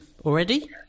already